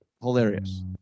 Hilarious